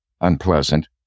unpleasant